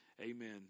Amen